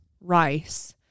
rice